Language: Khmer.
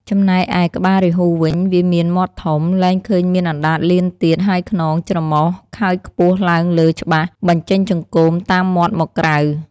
ចំណែកឯ ក្បាលរាហ៊ូវិញ វាមានមាត់ធំ លែងឃើញមានអណ្តាតលៀនទៀត ហើយខ្នង់ ច្រមុះខើចខ្ពស់ឡើងលើច្បាស់ បញ្ចេញចង្កូមតាមមាត់មកក្រៅ។